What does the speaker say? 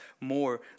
more